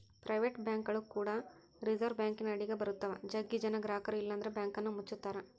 private ಬ್ಯಾಂಕ್ಗಳು ಕೂಡಗೆ reserve ಬ್ಯಾಂಕಿನ ಅಡಿಗ ಬರುತ್ತವ, ಜಗ್ಗಿ ಜನ ಗ್ರಹಕರು ಇಲ್ಲಂದ್ರ ಬ್ಯಾಂಕನ್ನ ಮುಚ್ಚುತ್ತಾರ